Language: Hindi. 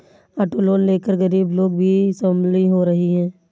ऑटो लोन लेकर गरीब लोग भी स्वावलम्बी हो रहे हैं